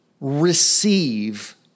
receive